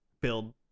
build